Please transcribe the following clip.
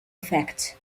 effect